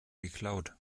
geklaut